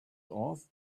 off